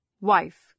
Wife